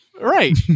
right